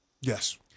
Yes